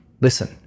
listen